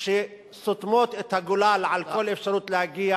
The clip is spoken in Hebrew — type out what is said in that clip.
שסותמות את הגולל על כל אפשרות להגיע